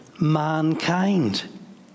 mankind